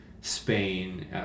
Spain